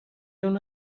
اونو